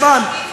חירן.